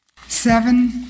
seven